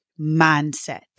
mindset